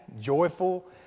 joyful